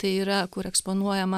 tai yra kur eksponuojama